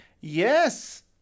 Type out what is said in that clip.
Yes